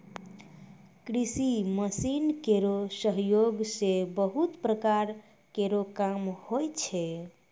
कृषि मसीन केरो सहयोग सें बहुत प्रकार केरो काम होय छै